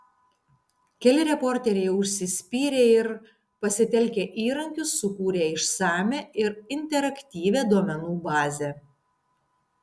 keli reporteriai užsispyrė ir pasitelkę įrankius sukūrė išsamią ir interaktyvią duomenų bazę